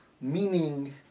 meaning